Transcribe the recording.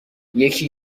یکی